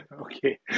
okay